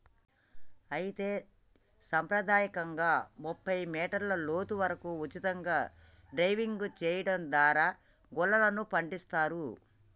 అయితే సంప్రదాయకంగా ముప్పై మీటర్ల లోతు వరకు ఉచితంగా డైవింగ్ సెయడం దారా గుల్లలను పండిస్తారు